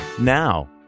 now